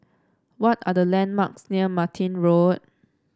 what are the landmarks near Martin Road